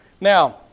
Now